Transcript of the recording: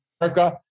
America